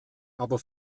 aber